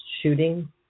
shooting